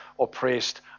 oppressed